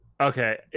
okay